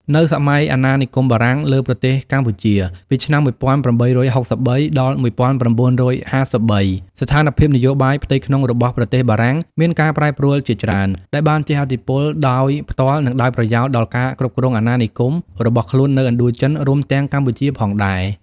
នៅសម័យអាណានិគមបារាំងលើប្រទេសកម្ពុជា ពីឆ្នាំ ១៨៦៣ ដល់ ១៩៥៣ ស្ថានភាពនយោបាយផ្ទៃក្នុងរបស់ប្រទេសបារាំងមានការប្រែប្រួលជាច្រើន ដែលបានជះឥទ្ធិពលដោយផ្ទាល់ និងដោយប្រយោលដល់ការគ្រប់គ្រងអាណានិគមរបស់ខ្លួននៅឥណ្ឌូចិន រួមទាំងកម្ពុជាផងដែរ។